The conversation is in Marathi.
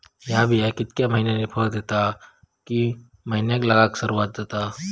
हया बिया कितक्या मैन्यानी फळ दिता कीवा की मैन्यानी लागाक सर्वात जाता?